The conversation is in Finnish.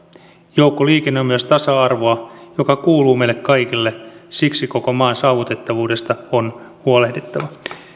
joukkoliikenne on myös tasa arvoa joka kuuluu meille kaikille siksi koko maan saavutettavuudesta on huolehdittava